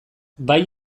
bai